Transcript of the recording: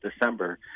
December